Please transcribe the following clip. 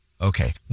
Okay